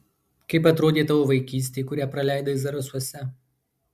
kaip atrodė tavo vaikystė kurią praleidai zarasuose